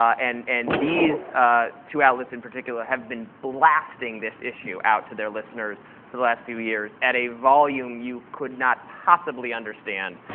and and these two outlets in particular have been blasting this issue out to their listeners for the last few years at a volume you could not possibly understand,